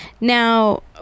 now